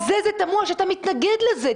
בגלל זה זה תמוה שאת המתנגד לזה.